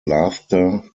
laughter